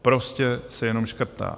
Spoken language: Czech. Prostě se jenom škrtá.